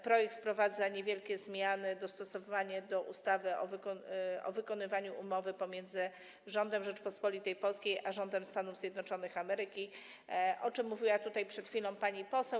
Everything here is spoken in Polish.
Projekt wprowadza również niewielkie zmiany dostosowujące do ustawy o wykonywaniu Umowy pomiędzy Rządem Rzeczypospolitej Polskiej a Rządem Stanów Zjednoczonych Ameryki, o czym mówiła przed chwilą pani poseł.